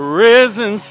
risen